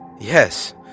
Yes